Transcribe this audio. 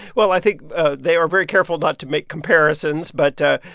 well, i think they are very careful not to make comparisons, but,